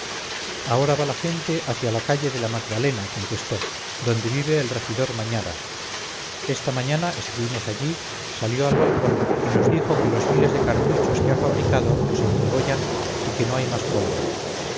ahora va la gente hacia la calle de la magdalena contestó donde vive el regidor mañara esta mañana estuvimos allí salió al balcón y nos dijo que los miles de cartuchos queha fabricado los entregó ya y que no hay más pólvora